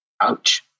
ouch